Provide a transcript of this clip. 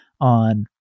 on